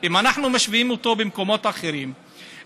אם אנחנו משווים אותו למקומות אחרים,